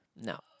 No